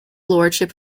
lordship